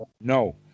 No